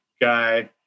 guy